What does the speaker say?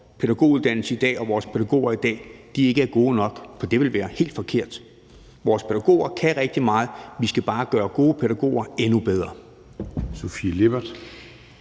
er god nok, og at vores pædagoger i dag ikke er gode nok, for det ville være helt forkert. Vores pædagoger kan rigtig meget. Vi skal bare gøre gode pædagoger endnu bedre.